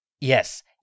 yes